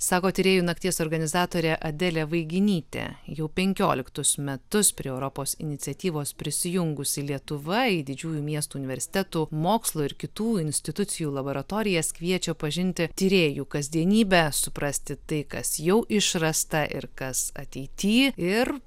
sako tyrėjų nakties organizatorė adelė vaiginytė jau penkioliktus metus prie europos iniciatyvos prisijungusi lietuva į didžiųjų miestų universitetų mokslo ir kitų institucijų laboratorijas kviečia pažinti tyrėjų kasdienybę suprasti tai kas jau išrasta ir kas ateity ir